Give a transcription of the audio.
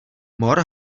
mor